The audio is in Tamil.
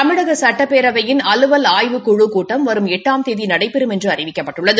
தமிழக சட்டப்பேரவையின் அலுவல் ஆய்வுக்குழுக் கூட்டம் வரும் எட்டாம் தேதி நடைபெறும் என்று அறிவிக்கப்பட்டுள்ளது